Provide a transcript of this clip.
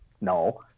No